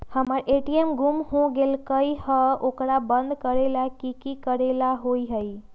हमर ए.टी.एम गुम हो गेलक ह ओकरा बंद करेला कि कि करेला होई है?